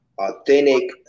authentic